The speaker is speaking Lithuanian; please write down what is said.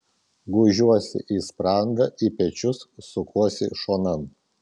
gūžiuosi į sprandą į pečius sukuosi šonan